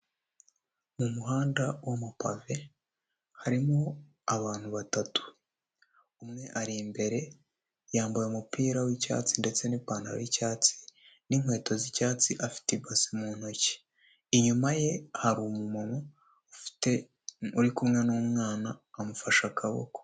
Ni umuhanda w'amapave harimo abantu batatu, umwe ari imbere yambaye umupira w'icyatsi ndetse n'ipantaro y'icyatsi n'inkweto z'icyatsi afite ibasi mu ntoki, inyuma ye hari umumama ufite, uri kumwe n'umwana amufashe akaboko.